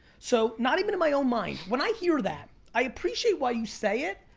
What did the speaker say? so, not even in my own mind, when i hear that, i appreciate why you say it,